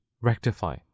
rectify